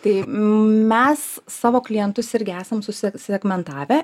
tai mes savo klientus irgi esam susisegmentavę